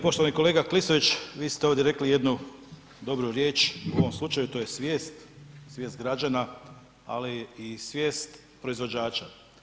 Poštovani kolega Klisović, vi ste ovdje rekli jednu dobru riječ, u ovom slučaju, to je svijest, svijest građana, ali i svijest proizvođača.